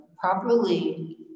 properly